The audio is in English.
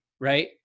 Right